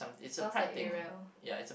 sounds like Adriel